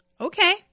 Okay